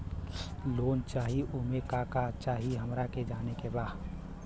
Loan चाही उमे का का चाही हमरा के जाने के बा?